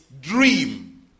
dream